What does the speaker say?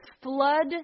flood